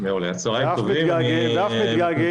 ואף מתגעגעים.